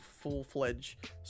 full-fledged